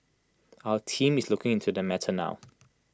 our team is looking into the matter now